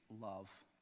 love